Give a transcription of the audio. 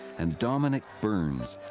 and dominic burns,